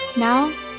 Now